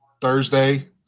Thursday